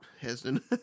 Hesden